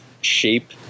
shape